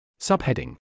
Subheading